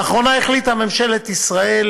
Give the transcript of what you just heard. לאחרונה החליטה ממשלת ישראל